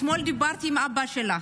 אתמול דיברתי עם אבא שלה,